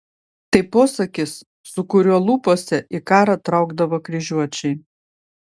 tai posakis su kuriuo lūpose į karą traukdavo kryžiuočiai